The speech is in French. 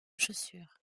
chaussures